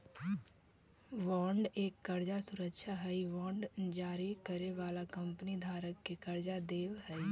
bond एक कर्जा सुरक्षा हई बांड जारी करे वाला कंपनी धारक के कर्जा देवऽ हई